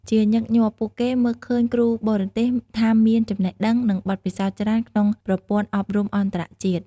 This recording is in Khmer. ជាញឹកញាប់ ពួកគេមើលឃើញគ្រូបរទេសថាមានចំណេះដឹង និងបទពិសោធន៍ច្រើនក្នុងប្រព័ន្ធអប់រំអន្តរជាតិ។